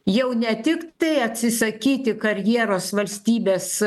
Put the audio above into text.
jau ne tik tai atsisakyti karjeros valstybės